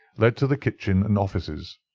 led to the kitchen and offices.